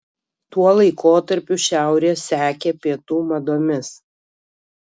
tuo laikotarpiu šiaurė sekė pietų madomis